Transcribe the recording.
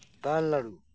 Tamil Nadu